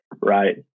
Right